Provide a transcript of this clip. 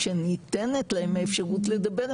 כשניתנת להם האפשרות לדבר,